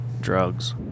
drugs